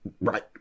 right